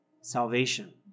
salvation